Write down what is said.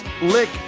Lick